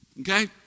Okay